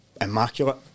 immaculate